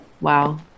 Wow